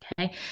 okay